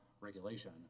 regulation